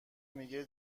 میگه